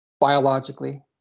biologically